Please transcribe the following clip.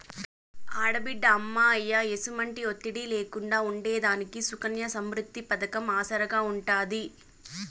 ఆడబిడ్డ అమ్మా, అయ్య ఎసుమంటి ఒత్తిడి లేకుండా ఉండేదానికి సుకన్య సమృద్ది పతకం ఆసరాగా ఉంటాది